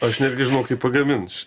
aš netgi žinau kaip pagamint šitą